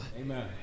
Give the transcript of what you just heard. amen